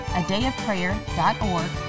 adayofprayer.org